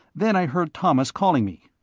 then i heard thomas calling me.